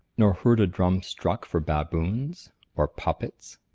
nor heard a drum struck for baboons or puppets?